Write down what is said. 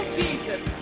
Jesus